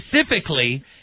specifically